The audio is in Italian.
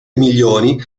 milioni